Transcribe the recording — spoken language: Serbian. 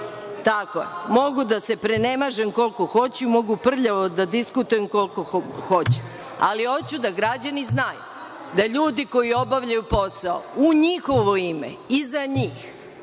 Tako je, mogu da se prenemažem koliko hoću, mogu prljavo da diskutujem koliko hoću, ali hoću da građani znaju, da ljudi koji obavljaju posao u njihovo ime i za njih,